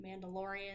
mandalorian